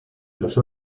los